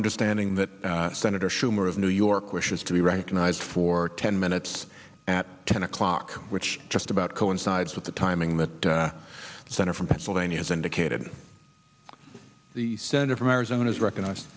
understanding that senator schumer of new york wishes to be recognized for ten minutes at ten o'clock which just about coincides with the timing that center from pennsylvania has indicated the senator from arizona is recognize